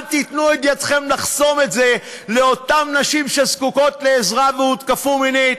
אל תיתנו את ידכן לחסום את זה לאותן נשים שזקוקות לעזרה והותקפו מינית,